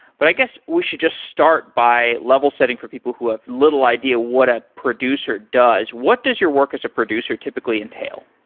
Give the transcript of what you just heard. but i guess we should just start by level setting for people who have little idea what a producer does. what does your work as a producer typically entail?